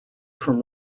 from